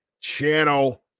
channel